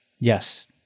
Yes